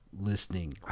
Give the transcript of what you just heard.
listening